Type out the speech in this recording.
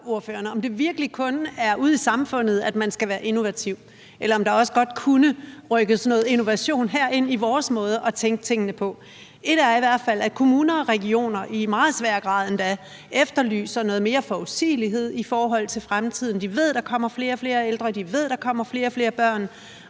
om det virkelig kun er ude i samfundet, man skal være innovativ, eller om der også godt kunne rykkes noget innovation herind i vores måde at tænke tingene på. Et er i hvert fald, at kommuner og regioner i meget svær grad endda efterlyser noget mere forudsigelighed i forhold til fremtiden. De ved, der kommer flere og flere ældre, de ved, der kommer flere og flere børn,